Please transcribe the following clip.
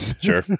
sure